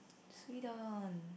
Sweden